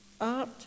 art